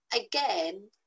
again